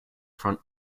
front